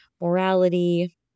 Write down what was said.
morality